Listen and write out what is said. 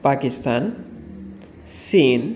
পাকিস্তান চীন